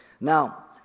Now